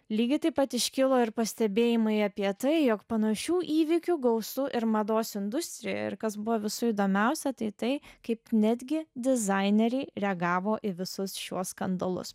lygiai taip pat iškilo ir pastebėjimai apie tai jog panašių įvykių gausu ir mados industrijoj ir kas buvo visų įdomiausia tai tai kaip netgi dizaineriai reagavo į visus šiuos skandalus